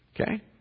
Okay